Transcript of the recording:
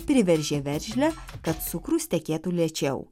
priveržė veržlę kad cukrus tekėtų lėčiau